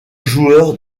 joueur